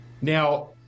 now